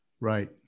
Right